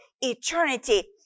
eternity